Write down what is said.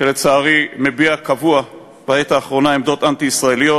שלצערי מביע בקביעות בעת האחרונה עמדות אנטי-ישראליות: